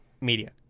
media